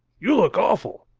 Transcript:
you look awful!